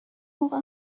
موقع